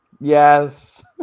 Yes